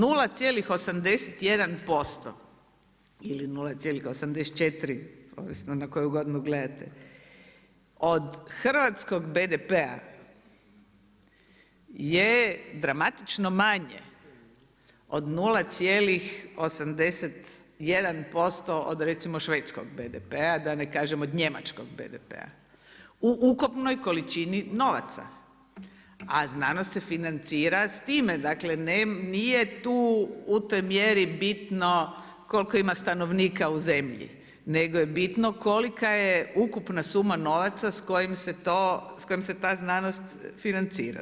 0,81% ili 0,84% ovisno na koju godinu gledate od hrvatskog BDP-a je dramatično manje od 0,81% od recimo švedskog BDP-a da ne kažem od njemačkog BDP-a u ukupnoj količini novaca a znanost se financira s time, dakle nije tu u toj mjeri bitno koliko ima stanovnika u zemlji nego je bitno kolika je ukupna suma novaca s kojom se ta znanost financira.